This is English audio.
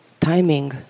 timing